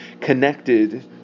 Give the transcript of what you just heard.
connected